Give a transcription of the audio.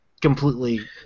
completely